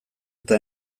eta